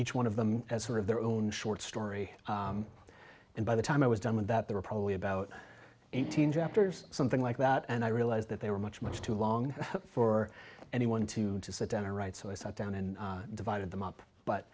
each one of them as sort of their own short story and by the time i was done with that they were probably about eighteen japers something like that and i realized that they were much much too long for anyone to sit down or write so i sat down and divided them up but